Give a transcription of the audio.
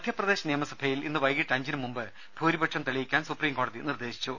ദേദ മധ്യപ്രദേശ് നിയമസഭയിൽ ഇന്ന് വൈകിട്ട് അഞ്ചിന് മുമ്പ് ഭൂരിപക്ഷം തെളിയിക്കാൻ സുപ്രീംകോടതി നിർദ്ദേശിച്ചു